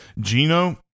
Gino